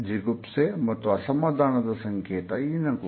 ಜಿಗುಪ್ಸೆ ಮತ್ತು ಅಸಮಾಧಾನದ ಸಂಕೇತ ಈ ನಗು